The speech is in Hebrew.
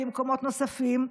במקומות נוספים.